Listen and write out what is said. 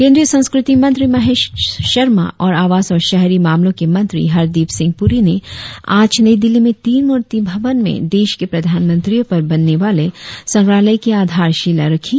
केंद्रीय संस्कृति मंत्री महेश शर्मा और आवास और शहरी मामलों के मंत्री हरदीप सिंह पूरी ने आज नई दिल्ली में तीन मूर्ति भवन में देश के प्रधानमंत्रियों पर बनने वाले संग्रहालय की आधारशिला रखी